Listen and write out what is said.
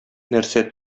нәрсә